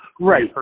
Right